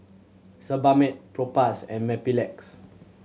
Sebamed Propass and Mepilex